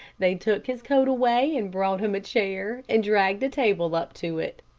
they took his coat away and brought him a chair, and dragged a table up to it.